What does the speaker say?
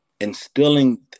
instilling